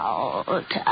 Out